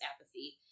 apathy